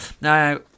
Now